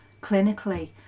clinically